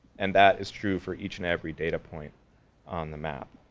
and that is true for each and every data point on the map.